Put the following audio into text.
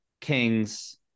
Kings